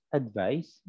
advice